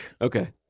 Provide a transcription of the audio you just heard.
okay